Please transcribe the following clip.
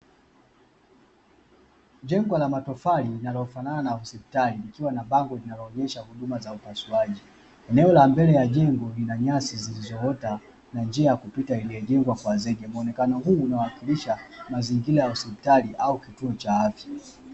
Jengo la matofari linalofanana hospitali likiwa na bango linalionyesha huduma ya upasuaji. Eneo la mbele ya jengo lina nyasi zilizoota na njia ya kupita iliyojengwa kwa zege, muonekano huu unaashiria mazingira ya hospitali au kituo cha afya.